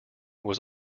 was